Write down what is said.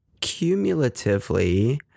cumulatively